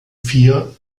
vier